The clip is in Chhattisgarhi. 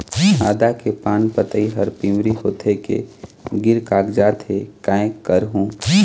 आदा के पान पतई हर पिवरी होथे के गिर कागजात हे, कै करहूं?